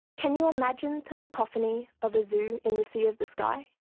can you imagine the cacophony of a zoo in the sea of the sky?